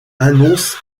annonce